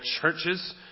churches